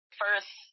first